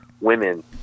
women